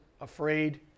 afraid